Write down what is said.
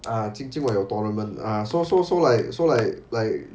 ah 今今晚有 tournament ah so so so like so like like